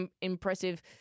impressive